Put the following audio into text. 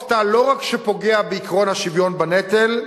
לא רק שחוק טל פוגע בעקרון השוויון בנטל,